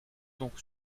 donc